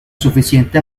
suficiente